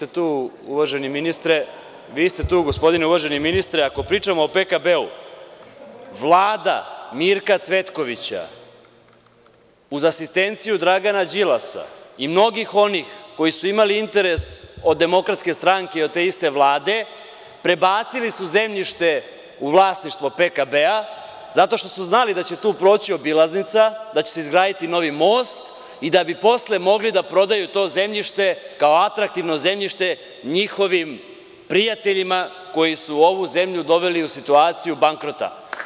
Evo, vi ste tu, gospodine uvaženi ministre, ako pričamo o PKB, Vlada Mirka Cvetkovića, uz asistenciju Dragana Đilasa i mnogih onih koji su imali interes od Demokratske stranke, od te iste Vlade, prebacili su zemljište u vlasništvo PKB-a, zato što su znali da će tu proći obilaznica, da će se izgraditi novi most, da bi posle mogli da prodaju to zemljište kao atraktivno zemljište njihovim prijateljima koji su ovu zemlju doveli u situaciju bankrota.